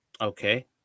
Okay